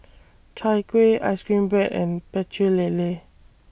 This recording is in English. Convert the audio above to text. Chai Kuih Ice Cream Bread and Pecel Lele